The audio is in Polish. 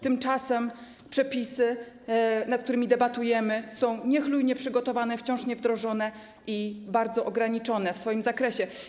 Tymczasem przepisy, nad którymi debatujemy, są niechlujnie przygotowane, wciąż niewdrożone i bardzo ograniczone w swoim zakresie.